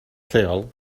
lleol